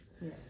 yes